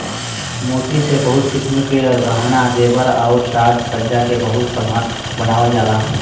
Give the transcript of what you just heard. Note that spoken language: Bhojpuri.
मोती से बहुत किसिम क गहना जेवर आउर साज सज्जा के बहुत सामान बनावल जाला